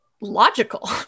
logical